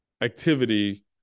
activity